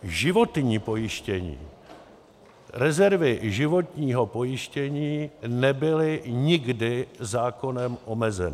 Životní pojištění, rezervy životního pojištění nebyly nikdy zákonem omezeny.